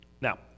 Now